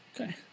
Okay